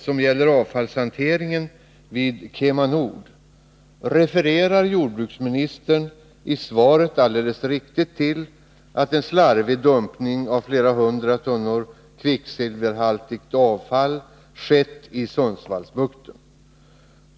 Jordbruksministern redovisar i svaret helt riktigt att en slarvig dumpning av flera hundra tunnor kvicksilverhaltigt avfall har skett i Sundsvallsbukten.